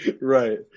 right